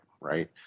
right